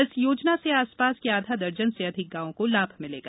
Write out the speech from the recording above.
इस योजना से आसपास के आधा दर्जन से अधिक गांव को लाभ मिलेगा